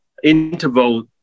Interval